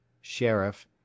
Sheriff